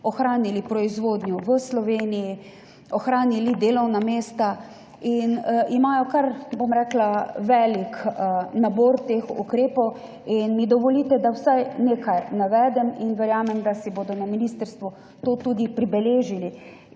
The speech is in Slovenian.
ohranili proizvodnjo v Sloveniji, ohranili delovna mesta. Imajo kar velik nabor teh ukrepov in mi dovolite, da jih vsaj nekaj navedem in verjamem, da si bodo na ministrstvu to tudi pribeležili